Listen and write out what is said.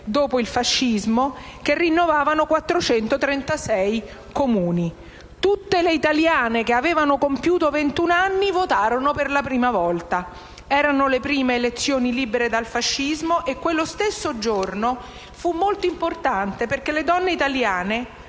dopo il fascismo, che rinnovavano 436 Comuni. Tutte le italiane che avevano compiuto ventuno anni votarono per la prima volta. Erano le prime elezioni libere dal fascismo e quello stesso giorno fu molto importante, perché alle donne italiane